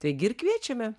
tai gi ir kviečiame